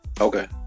Okay